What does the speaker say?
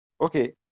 Okay